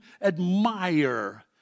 admire